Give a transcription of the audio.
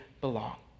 belong